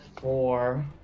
four